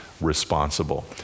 responsible